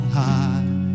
high